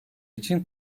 için